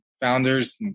founders